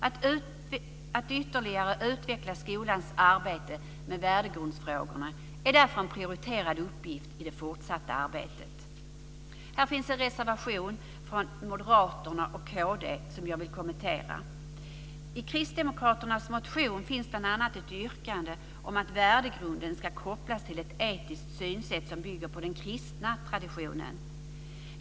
Att ytterligare utveckla skolans arbete med värdegrundsfrågorna är därför en prioriterad uppgift i det fortsatta arbetet. Här finns en reservation från Moderaterna och Kristdemokraterna som jag vill kommentera. I Kristdemokraternas motion finns bl.a. ett yrkande om att värdegrunden ska kopplas till ett etiskt synsätt som bygger på den kristna traditionen.